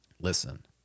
listen